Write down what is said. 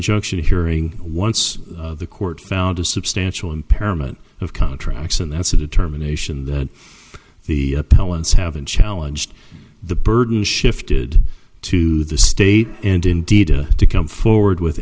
injunction hearing once the court found a substantial impairment of contracts and that's a determination that the appellant's haven't challenged the burden shifted to the state and indeed to come forward with